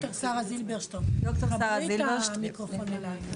ד"ר שרה זילברשטרום, בבקשה.